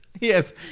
Yes